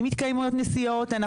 אם מתקיימות נסיעות אנחנו נשלם.